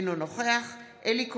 אינו נוכח אלי כהן,